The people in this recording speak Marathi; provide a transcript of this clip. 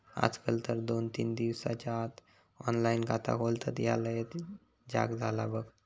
आजकाल तर दोन तीन दिसाच्या आत ऑनलाइन खाता खोलतत, ह्या लयच झ्याक झाला बघ